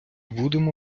будемо